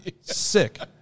Sick